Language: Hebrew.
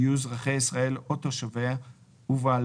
יהיו אזרחי ישראל או תושביה ובעלי